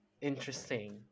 interesting